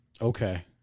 Okay